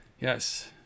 Yes